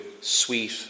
sweet